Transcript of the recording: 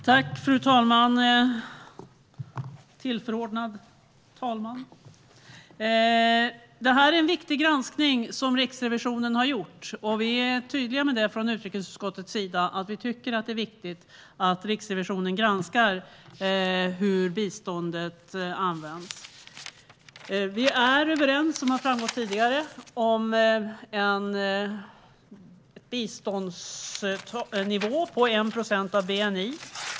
Fru ålderspresident! Det är en viktig granskning som Riksrevisionen har gjort, och från utrikesutskottets sida är vi tydliga med att vi tycker att det är viktigt att Riksrevisionen granskar hur biståndet används. Som har framgått tidigare är vi överens om en biståndsnivå på 1 procent av bni.